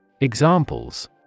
Examples